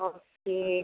okay